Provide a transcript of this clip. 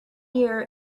year